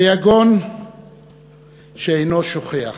"ביגון שאינו שוכך",